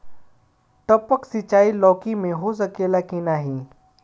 टपक सिंचाई लौकी में हो सकेला की नाही?